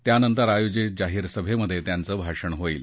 त्यानंतर आयोजित जाहीर सभेत त्यांचं भाषण होईल